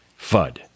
FUD